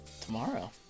tomorrow